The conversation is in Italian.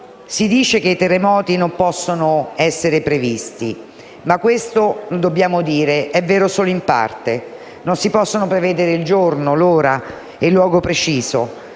Si dice che i terremoti non possono essere previsti, ma dobbiamo dire che questo è vero solo in parte. Non si possono prevedere il giorno, l'ora e il luogo preciso,